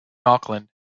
auckland